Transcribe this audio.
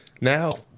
now